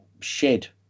shed